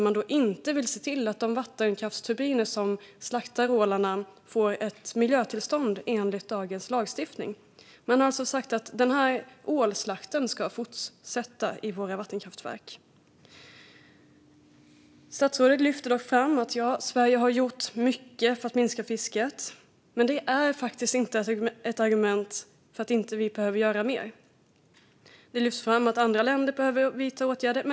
Man vill inte se till att de vattenkraftsturbiner som slaktar ålarna får ett miljötillstånd i enlighet med dagens lagstiftning. Man har sagt att ålslakten i våra vattenkraftverk alltså ska fortsätta. Statsrådet lyfter fram att Sverige har gjort mycket för att minska fisket. Men det är inte ett argument för att vi inte behöver göra mer. Det lyfts fram att andra länder behöver vidta åtgärder.